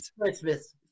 Christmas